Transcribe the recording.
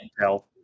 tell